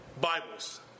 bibles